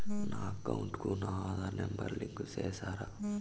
నా అకౌంట్ కు నా ఆధార్ నెంబర్ లింకు చేసారా